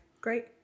great